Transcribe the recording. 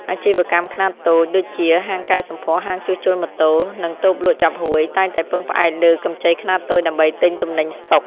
អាជីវកម្មខ្នាតតូចដូចជា ហាងកែសម្ផស្ស ហាងជួសជុលម៉ូតូ និងតូបលក់ចាប់ហួយ តែងតែពឹងផ្អែកលើកម្ចីខ្នាតតូចដើម្បីទិញទំនិញស្ដុក។